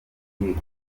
umupira